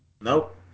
Nope